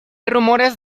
rumores